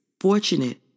fortunate